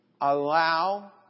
Allow